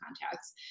contacts